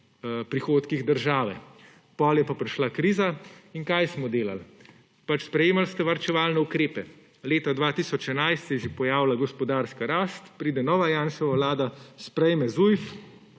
prihodkih države. Potem je pa prišla kriza. In kaj smo delali? Sprejemali ste varčevalne ukrepe. Leta 2011 se je že pojavila gospodarska rast, pride nova Janševa vlada, sprejme Zujf